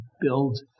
build